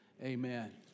Amen